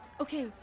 Okay